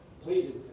pleaded